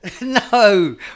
No